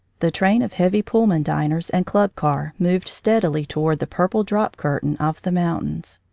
the train of heavy pullman diners and club car moved steadily toward the purple drop-curtain of the mountains.